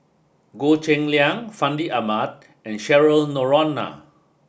Goh Cheng Liang Fandi Ahmad and Cheryl Noronha